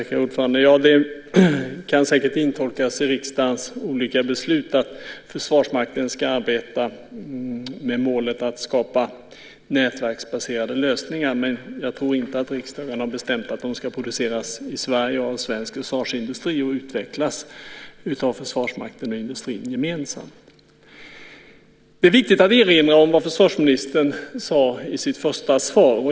Herr talman! Det kan säkert intolkas i riksdagens olika beslut att Försvarsmakten ska arbeta med målet att skapa nätverksbaserade lösningar. Men jag tror inte att riksdagen har bestämt att de ska produceras i Sverige av svensk försvarsindustri och utvecklas av Försvarsmakten och industrin gemensamt. Det är viktigt att erinra om vad ministern sade i sitt svar.